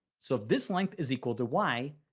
so this length is equal to y,